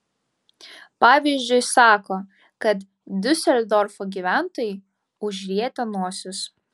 pavyzdžiui sako kad diuseldorfo gyventojai užrietę nosis